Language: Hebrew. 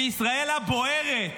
בישראל הבוערת.